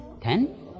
Ten